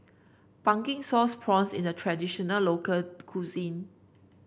Pumpkin Sauce Prawns is a traditional local cuisine